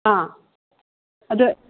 ꯑꯥ ꯑꯗꯣ